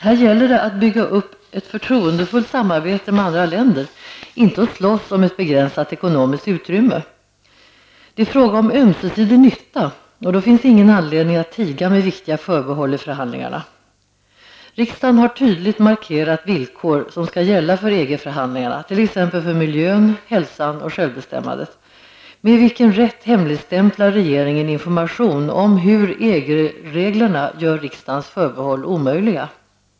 Här gäller det att bygga upp ett förtroendefullt samarbete med andra länder, inte att slåss om ett begränsat ekonomiskt utrymme. Det är fråga om ömsesidig nytta, och då finns det ingen anledning att tiga med viktiga förbehåll i förhandlingarna. Riksdagen har tydligt markerat de villkor som skall gälla för EG-förhandlingarna, t.ex. för miljön, hälsan och självbestämmandet. Med vilken rätt hemligstämplar regeringen information om hur EG-reglerna gör riksdagens förbehåll omöjliga?